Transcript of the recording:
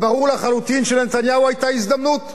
ברור לחלוטין שלנתניהו היתה הזדמנות,